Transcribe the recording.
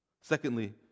Secondly